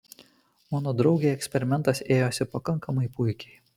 mano draugei eksperimentas ėjosi pakankamai puikiai